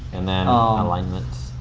and then ah alignment.